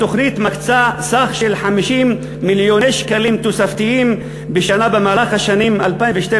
התוכנית מקצה סך של 50 מיליוני שקלים תוספתיים בשנה במהלך השנים 2012